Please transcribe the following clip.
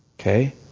okay